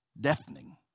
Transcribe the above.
deafening